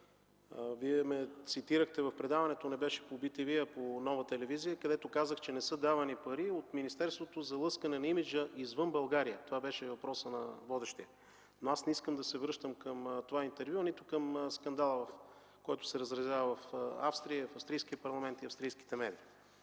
Вие ме цитирахте в предаване, но то не беше по bТV, а по Нова телевизия, където казах, че не са давани пари от министерството за лъскане на имиджа извън България. Това беше въпросът на водещия. Аз не искам да се връщам към това интервю, нито към скандала, който се разразява в Австрия, в австрийския парламент и австрийските медии.